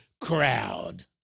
crowd